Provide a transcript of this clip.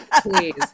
please